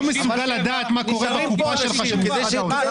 מסוגל לדעת מה קורה בקופה שלך שבמשרד האוצר?